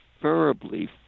preferably